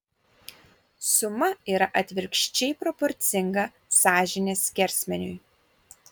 suma yra atvirkščiai proporcinga sąžinės skersmeniui